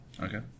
Okay